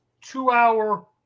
two-hour